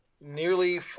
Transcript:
nearly